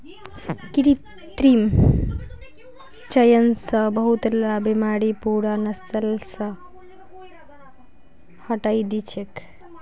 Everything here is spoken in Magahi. कृत्रिम चयन स बहुतला बीमारि पूरा नस्ल स हटई दी छेक